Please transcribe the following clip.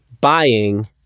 buying